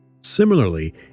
similarly